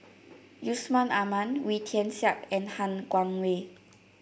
Yusman Aman Wee Tian Siak and Han Guangwei